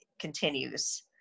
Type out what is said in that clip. continues